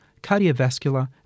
cardiovascular